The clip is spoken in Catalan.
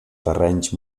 terrenys